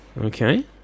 okay